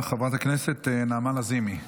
חברת הכנסת נעמה לזימי.